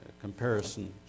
comparison